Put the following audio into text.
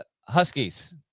Huskies